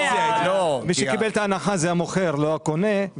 מי שקיבל את ההנחה, זה המוכר ולא הקונה.